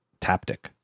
Taptic